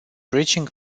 bridging